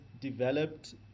developed